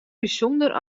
bysûnder